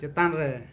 ᱪᱮᱛᱟᱱ ᱨᱮ